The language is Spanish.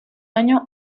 año